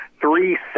three